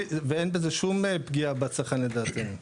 ואין בזה שום פגיעה בצרכנים, לדעתנו.